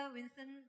Winston